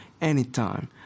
anytime